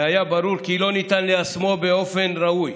והיה ברור כי לא ניתן ליישמו באופן ראוי